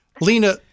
Lena